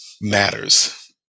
matters